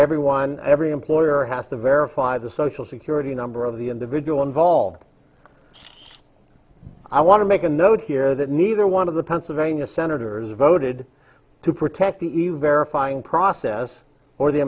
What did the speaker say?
everyone every employer has to verify the social security number of the individual involved i want to make a note here that neither one of the pennsylvania senators voted to protect the event refining process or the